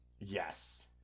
Yes